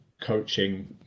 coaching